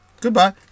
Goodbye